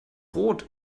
rot